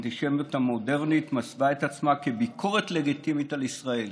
האנטישמיות המודרנית מסווה את עצמה כביקורת לגיטימית על ישראל.